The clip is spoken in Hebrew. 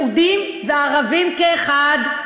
יהודים וערבים כאחד,